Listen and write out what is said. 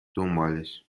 دنبالش